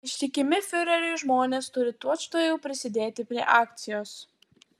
ištikimi fiureriui žmonės turi tučtuojau prisidėti prie akcijos